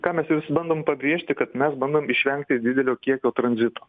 ką mes vis bandom pabrėžti kad mes bandom išvengti didelio kiekio tranzito